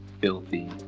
filthy